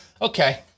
okay